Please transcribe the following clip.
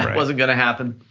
wasn't gonna happen.